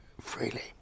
freely